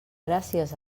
gràcies